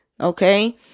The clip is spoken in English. Okay